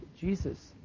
Jesus